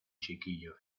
chiquillo